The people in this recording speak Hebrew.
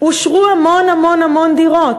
אושרו המון המון המון דירות,